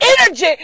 energy